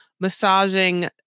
massaging